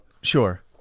Sure